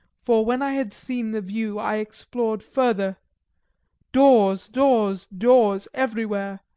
for when i had seen the view i explored further doors, doors, doors everywhere,